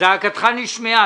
זעקתך נשמעה.